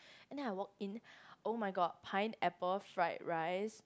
and then I walked in oh-my-god pineapple fried rice